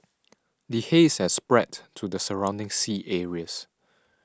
the haze has spread to the surrounding sea areas